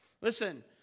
Listen